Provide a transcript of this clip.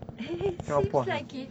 seems like it